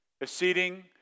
Exceeding